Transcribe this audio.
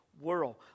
world